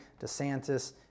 DeSantis